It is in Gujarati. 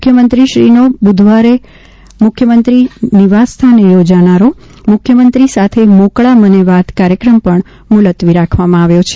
મુખ્યમંત્રીશ્રીનો બુધવારે મુખ્યમંત્રી નિવાસસ્થાને યોજાનારો મુખ્યમંત્રી સાથે મોકળા મને વાત કાર્યક્રમ પણ મુલત્વી રાખવામાં આવ્યો છે